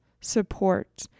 support